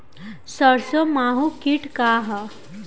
सरसो माहु किट का ह?